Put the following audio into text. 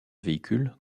véhicule